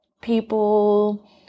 people